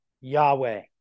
Yahweh